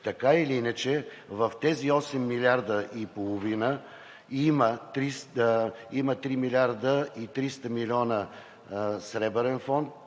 Така или иначе, в тези 8 милиарда и половина има 3 милиарда и 300 милиона Сребърен фонд,